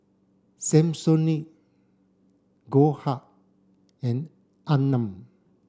Samsonite Goldheart and Anmum